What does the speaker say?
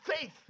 faith